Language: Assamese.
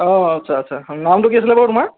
অঁ আচ্ছা আচ্ছা নামটো কি আছিলে বাৰু তোমাৰ